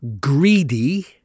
greedy